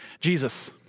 jesus